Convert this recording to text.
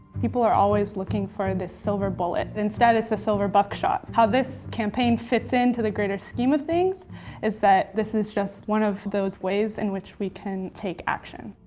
people are always looking for this silver bullet, instead its the silver buckshot. how this campaign fits into the greater scheme of things is that this is just one of those ways in which we can take action.